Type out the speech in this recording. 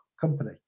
company